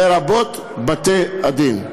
לרבות בתי-הדין.